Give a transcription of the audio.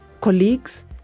colleagues